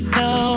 no